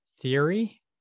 theory